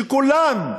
שכולן,